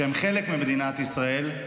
שהם חלק ממדינת ישראל,